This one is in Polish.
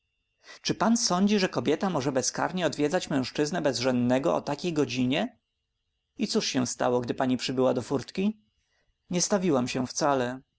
czy pan sądzi że kobieta może bezkarnie odwiedzać mężczyznę bezżennego o takiej godzinie i cóż się stało gdyś pani przybyła do furtki nie stawiłam się wcale